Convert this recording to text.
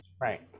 right